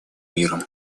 миром